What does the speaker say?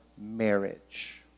marriage